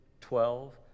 twelve